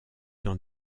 dans